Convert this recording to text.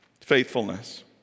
faithfulness